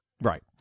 Right